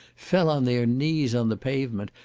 fell on their knees on the pavement,